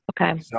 Okay